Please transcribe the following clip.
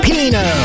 Pino